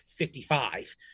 55